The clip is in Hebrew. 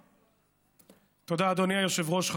תודה, אדוני היושב-ראש.